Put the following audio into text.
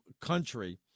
country